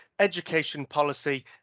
educationpolicy